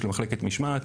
של מחלקת המשמעת.